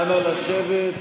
אנא, לשבת.